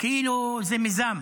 כאילו זה מיזם,